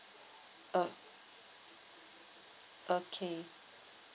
err okay